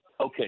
Okay